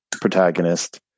protagonist